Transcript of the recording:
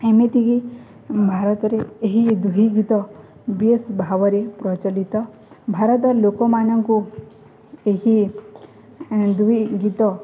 ଏମିତିକି ଭାରତରେ ଏହି ଦୁଇ ଗୀତ ବେଶ ଭାବରେ ପ୍ରଚଳିତ ଭାରତ ଲୋକମାନଙ୍କୁ ଏହି ଦୁଇ ଗୀତ